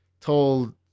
told